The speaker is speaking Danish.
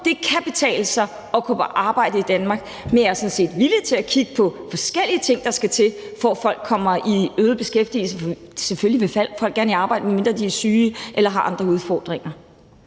det kan betale sig at gå på arbejde i Danmark, men jeg er sådan set villig til at kigge på forskellige ting, der skal til, for at øge antallet af folk, der kommer i beskæftigelse, for selvfølgelig vil folk gerne i arbejde, medmindre de er syge eller har andre udfordringer.